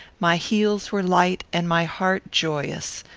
my heels were light and my heart joyous.